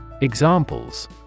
Examples